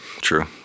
True